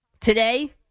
Today